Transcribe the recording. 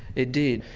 it did.